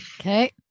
okay